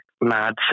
mad